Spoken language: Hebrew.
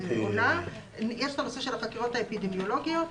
יש את נושא החקירות האפידמיולוגיות.